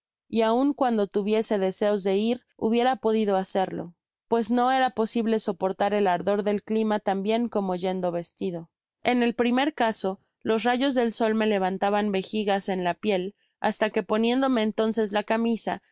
y aun cuando tuviese deseos de ir hubiera podido hacerlo pues no era posible soportar el ardor del clima tan bien como yendo vestido en el primer caso los rayos del sol me levantaban vejigas en la piel hasta que poniéndome entonces la camisa el